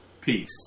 Peace